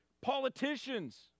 politicians